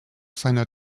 seiner